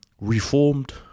reformed